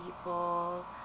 people